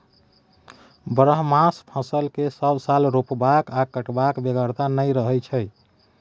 बरहमासा फसल केँ सब साल रोपबाक आ कटबाक बेगरता नहि रहै छै